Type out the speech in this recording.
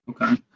Okay